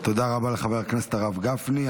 תודה רבה לחבר הכנסת הרב גפני.